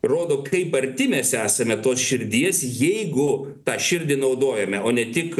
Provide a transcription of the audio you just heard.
rodo kaip arti mes esame tos širdies jeigu tą širdį naudojame o ne tik